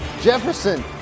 Jefferson